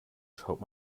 schaut